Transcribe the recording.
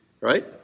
Right